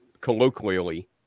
colloquially